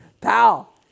pal